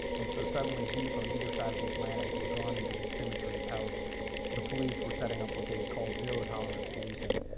and so suddenly, youth on either side of the atlantic were drawn into the symmetry of how the police were setting up, what they called, zero tolerance policing,